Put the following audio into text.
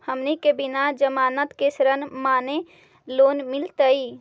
हमनी के बिना जमानत के ऋण माने लोन मिलतई?